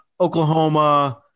Oklahoma